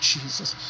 Jesus